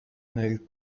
nel